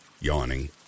yawning